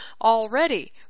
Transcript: already